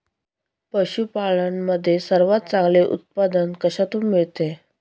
पशूपालन मध्ये सर्वात चांगले उत्पादन कशातून मिळते?